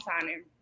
signing